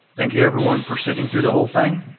thank you, everyone for sitting through the whole thing.